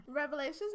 revelations